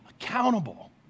accountable